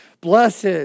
Blessed